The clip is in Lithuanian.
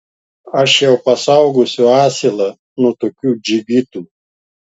aš jau pasaugosiu asilą nuo tokių džigitų